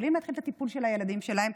יכולים להתחיל את הטיפול של הילדים שלהם.